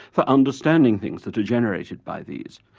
for understanding things that are generated by these?